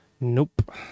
Nope